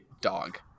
dog